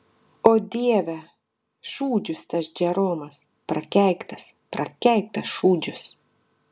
o dieve šūdžius tas džeromas prakeiktas prakeiktas šūdžius